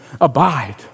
abide